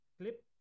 clip